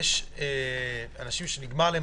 יש אנשים שנגמרו להם